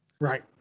Right